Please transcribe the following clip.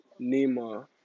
Neymar